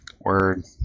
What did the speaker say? Word